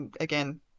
Again